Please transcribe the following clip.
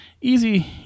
easy